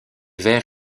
vers